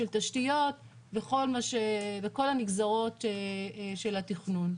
של תשתיות וכל הנגזרות של התכנון.